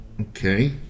okay